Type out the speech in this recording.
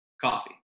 Coffee